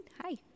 hi